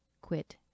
Quit